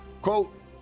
Quote